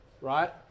right